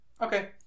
Okay